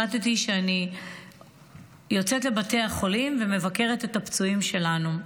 החלטתי שאני יוצאת לבתי החולים ומבקרת את הפצועים שלנו.